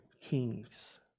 kings